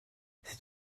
c’est